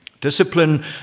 Discipline